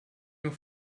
nur